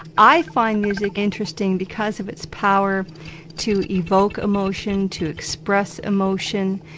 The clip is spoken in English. i find music interesting because of its power to evoke emotion, to express emotion,